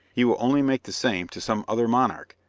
he will only make the same to some other monarch,